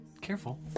Careful